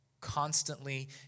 Constantly